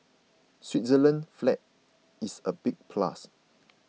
Switzerland's flag is a big plus